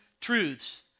truths